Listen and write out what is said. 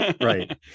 right